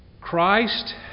Christ